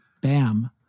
BAM